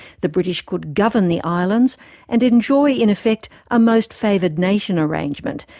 the british could govern the islands and enjoy in effect a most-favoured-nation arrangement,